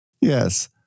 yes